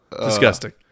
Disgusting